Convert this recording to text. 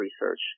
research